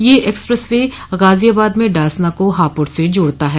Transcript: यह expressway Ghaziabad में डासना को हापुड़ से जोड़ता है